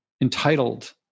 entitled